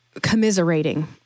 commiserating